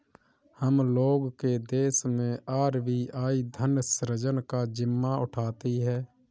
हम लोग के देश मैं आर.बी.आई धन सृजन का जिम्मा उठाती है